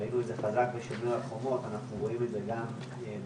ראינו את זה חזק בשומר החומות ואנחנו רואים את זה גם בנגב,